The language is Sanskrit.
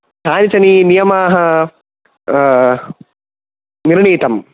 कानिचन नियमाः निर्णीतम्